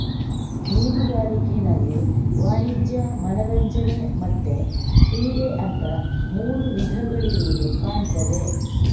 ಮೀನುಗಾರಿಕೆನಲ್ಲಿ ವಾಣಿಜ್ಯ, ಮನರಂಜನೆ ಮತ್ತೆ ಕ್ರೀಡೆ ಅಂತ ಮೂರು ವಿಧಗಳಿರುದು ಕಾಣ್ತದೆ